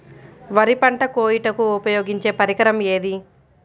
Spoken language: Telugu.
వరి పంట కోయుటకు ఉపయోగించే పరికరం ఏది?